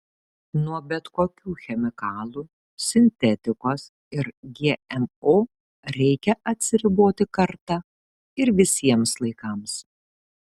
nuo bet kokių chemikalų sintetikos ir gmo reikia atsiriboti kartą ir visiems laikams